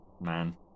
man